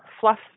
fluff